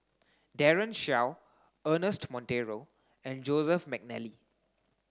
Daren Shiau Ernest Monteiro and Joseph Mcnally